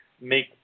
make